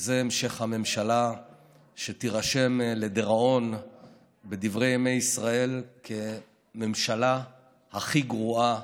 וזה המשך הממשלה שתירשם לדיראון בדברי ימי ישראל כממשלה הכי גרועה